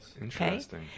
Interesting